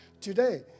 today